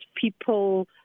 people